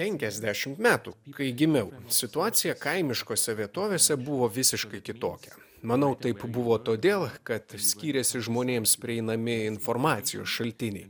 penkiasdešimt metų kai gimiau situacija kaimiškose vietovėse buvo visiškai kitokia manau taip buvo todėl kad skyrėsi žmonėms prieinami informacijos šaltiniai